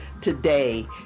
Today